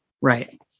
Right